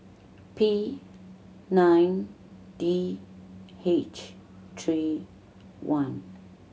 P nine D H three one